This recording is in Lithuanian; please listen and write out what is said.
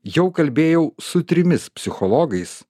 jau kalbėjau su trimis psichologais